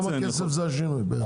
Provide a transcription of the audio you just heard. כמה כסף זה השינוי?